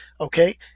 Okay